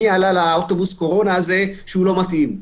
מי עלה לאוטובוס הקורונה הזה והוא לא מתאים.